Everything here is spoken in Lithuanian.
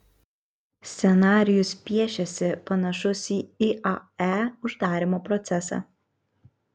scenarijus piešiasi panašus į iae uždarymo procesą